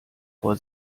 vor